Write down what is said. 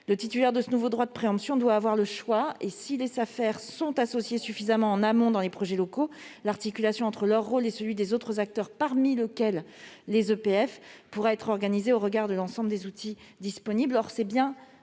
Le titulaire de ce nouveau droit de préemption doit avoir le choix. Si les Safer sont associés suffisamment en amont aux projets locaux, l'articulation entre leur rôle et celui des autres acteurs, notamment les EPF, pourra être organisée au regard de l'ensemble des outils disponibles.